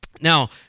Now